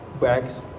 bags